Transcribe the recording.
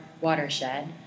watershed